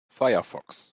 firefox